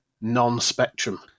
non-spectrum